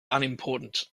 unimportant